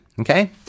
Okay